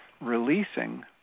releasing